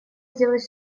сделать